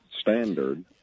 standard